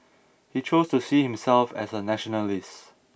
he chose to see himself as a nationalist